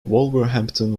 wolverhampton